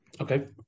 okay